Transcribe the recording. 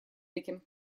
этим